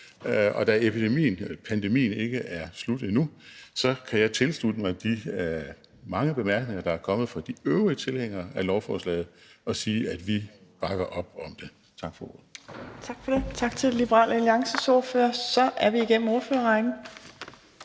og da pandemien ikke er slut endnu, kan jeg tilslutte mig de mange bemærkninger, der er kommet fra de øvrige tilhængere af lovforslaget, og sige, at vi bakker op om det. Tak for ordet. Kl. 18:17 Fjerde næstformand (Trine Torp): Tak til Liberal Alliances ordfører. Så er vi igennem ordførerrækken,